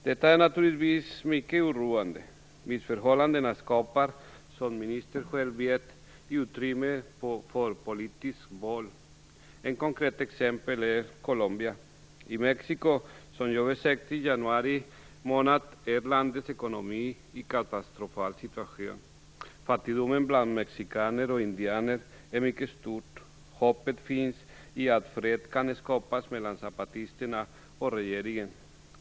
Detta är naturligtvis mycket oroande. Missförhållandena skapar, som ministern själv vet, utrymme för politiskt våld. Ett konkret exempel är Colombia. I Mexiko, som jag besökte i januari månad, är den ekonomiska situationen katastrofal. Fattigdomen bland mexikaner och indianer är mycket stor. Hoppet finns i att fred kan skapas mellan zapatisterna och regeringen.